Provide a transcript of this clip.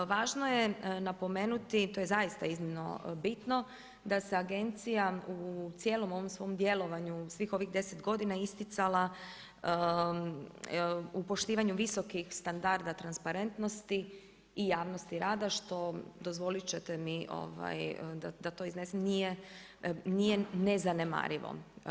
I važno je napomenuti, to je zaista iznimno bitno da se agencija u cijelom ovom svom djelovanju svih ovih 10 godina isticala u poštivanju visokih standarda transparentnosti i javnosti rada što dozvolit ćete mi da to iznesem nije nezanemarivo.